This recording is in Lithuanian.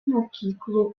mokyklų